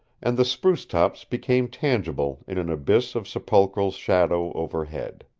and the spruce-tops became tangible in an abyss of sepulchral shadow overhead.